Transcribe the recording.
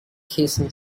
hissing